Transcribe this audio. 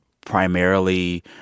primarily